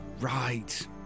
Right